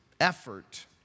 effort